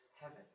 heaven